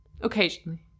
Occasionally